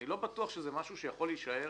אני לא בטוח שזה משהו שיכול להישאר